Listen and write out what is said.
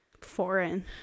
foreign